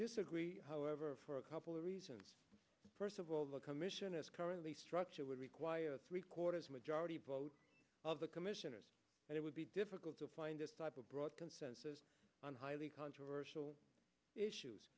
disagree however for a couple of reasons first of all the commission is currently structured would require three quarters majority vote of the commissioners and it would be difficult to find this type of broad consensus on highly controversial issues